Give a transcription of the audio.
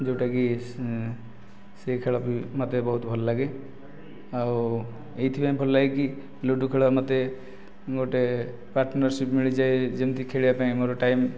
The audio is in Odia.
ଯେଉଁଟା କି ସେହି ଖେଳ ବି ମୋତେ ବହୁତ ଭଲ ଲାଗେ ଆଉ ଏହିଥିପାଇଁ ଭଲ ଲାଗେ କି ଲୁଡ଼ୁ ଖେଳ ମୋତେ ଗୋଟିଏ ପାର୍ଟନରଶିପ୍ ମିଳିଯାଏ ଯେମିତି ଖେଳିବା ପାଇଁ ମୋର ଟାଇମ୍